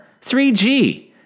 3G